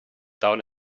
down